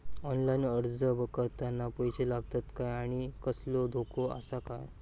Online अर्ज करताना पैशे लागतत काय आनी कसलो धोको आसा काय?